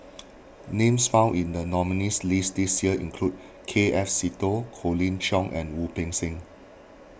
names found in the nominees' list this year include K F Seetoh Colin Cheong and Wu Peng Seng